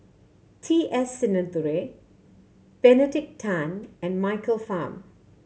T S Sinnathuray Benedict Tan and Michael Fam